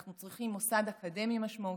אנחנו צריכים מוסד אקדמי משמעותי,